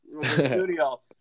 studio